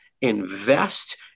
invest